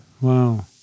Wow